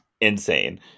insane